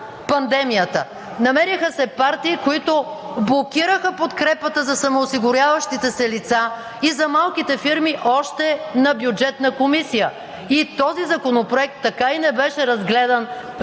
Намериха се партии, които блокираха подкрепата за самоосигуряващите се лица и за малките фирми още на Бюджетна комисия и този законопроект така и не беше разгледан в